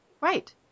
right